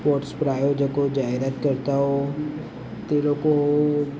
sports પ્રાયોજકો જાહેરાતકર્તાઓ તે લોકો